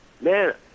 man